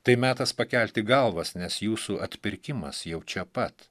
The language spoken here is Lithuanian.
tai metas pakelti galvas nes jūsų atpirkimas jau čia pat